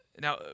Now